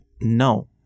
No